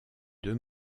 deux